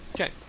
Okay